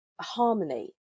harmony